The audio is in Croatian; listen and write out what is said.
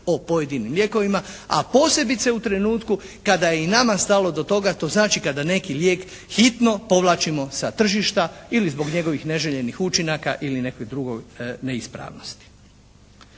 o pojedinim lijekovima, a posebice u trenutku kada je i nama stalo do toga, to znači kada neki lijek hitno povlačimo sa tržišta ili zbog njegovih neželjenih učinaka ili neke druge neispravnosti.